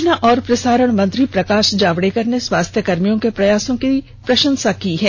सूचना और प्रसारण मंत्री प्रकाश जावड़ेकर ने स्वास्थ्य कर्मियों के प्रयासों की प्रशंसा की है